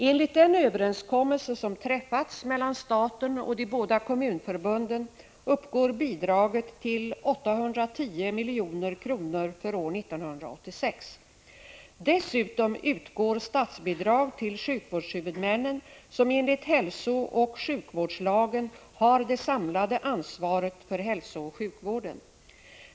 Enligt den överenskommelse som träffats mellan staten och de båda kommunförbunden uppgår bidraget till 810 milj.kr. för år 1986. Dessutom utgår statsbidrag till sjukvårdshuvudmännen, som enligt hälsooch sjukvårdslagen har det samlade ansvaret för hälsooch sjukvården.